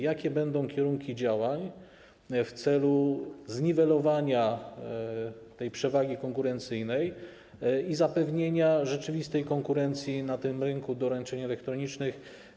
Jakie będą kierunki działań w celu zniwelowania przewagi konkurencyjnej i zapewnienia rzeczywistej konkurencji na rynku doręczeń elektronicznych?